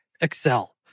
Excel